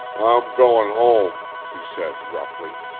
i'm goin' home! he said roughly.